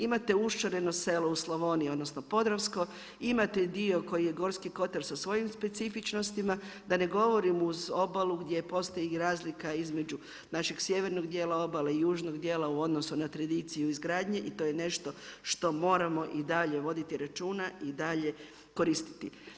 Imate ušareno selo u Slavoniji, odnosno Podravsko, imate dio koji je Gorski kotar sa svojim specifičnostima, da ne govorim uz obalu gdje postoji i razlika između našeg sjevernog dijela obale i južnog dijela u odnosu na tradiciju izgradnje i to je nešto što moramo i dalje voditi računa i dalje koristiti.